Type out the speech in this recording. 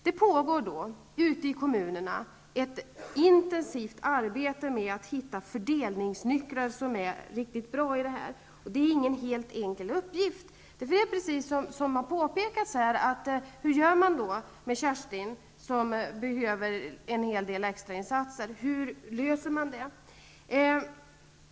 Det pågår ute i kommunerna ett intensivt arbete med att hitta fördelningsnycklar som är riktigt bra. Det är ingen helt enkel uppgift. Hur gör man då med Kerstin, som Björn Samuelson talade om och som behöver en hel del extra insatser? Hur löser man det?